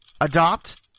adopt